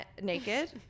naked